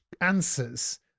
answers